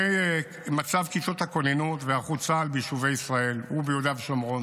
מצב כיתות הכוננות והיערכות צה"ל ביישובי ישראל וביהודה ושומרון